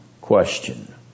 question